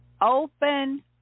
open